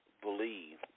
believe